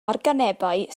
organebau